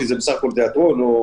כי זה בסך הכול תיאטרון או